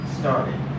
started